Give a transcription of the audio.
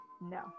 No